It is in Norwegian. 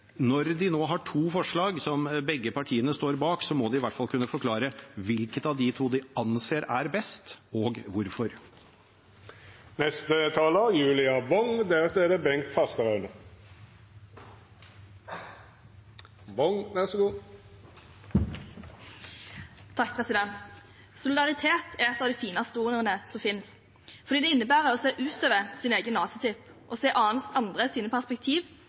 Når de nå har to forslag som begge partiene står bak, må de i hvert fall kunne forklare hvilket av de to de anser er best, og hvorfor. Solidaritet er et av de fineste ordene som fins, fordi det innebærer å se utover sin egen nesetipp og se andres perspektiv